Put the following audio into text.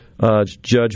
Judge